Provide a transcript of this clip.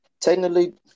Technically